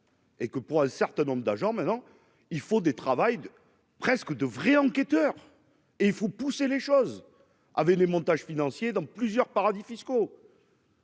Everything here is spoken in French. Et que pour un certain nombre d'agents, maintenant il faut des travail presque de vrais enquêteurs et il faut pousser les choses avaient des montages financiers dans plusieurs paradis fiscaux.